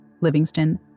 Livingston